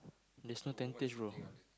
there's no tentage bro